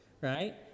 right